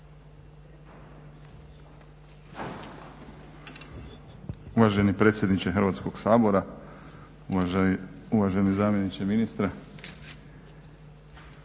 Uvaženi predsjedniče Hrvatskog sabora, uvaženi zamjeniče ministra.